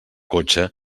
cotxe